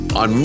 on